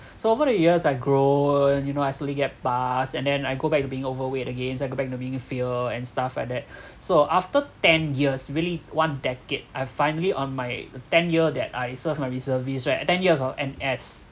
so over the years I grow you know I slowly get past and then I go back to being overweight again so I go back to being fear and stuff like that so after ten years really one decade I've finally on my ten year that I serve my reservist right ten years of N_S